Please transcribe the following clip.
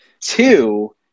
Two